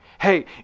hey